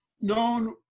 known